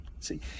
See